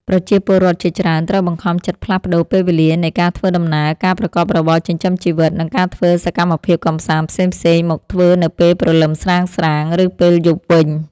ប្រជាពលរដ្ឋជាច្រើនត្រូវបង្ខំចិត្តផ្លាស់ប្តូរពេលវេលានៃការធ្វើដំណើរ ការប្រកបរបរចិញ្ចឹមជីវិត និងការធ្វើសកម្មភាពកម្សាន្តផ្សេងៗមកធ្វើនៅពេលព្រលឹមស្រាងៗ ឬពេលយប់វិញ។